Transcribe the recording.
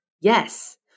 Yes